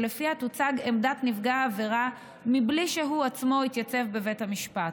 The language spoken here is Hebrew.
שלפיו תוצג עמדת נפגע העבירה בלי שהוא עצמו יתייצב בבית המשפט.